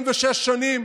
46 שנים,